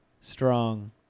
strong